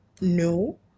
No